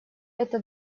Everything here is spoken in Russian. эта